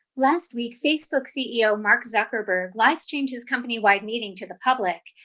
last week, facebook ceo, mark zuckerberg live streamed his company-wide meeting to the public.